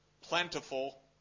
plentiful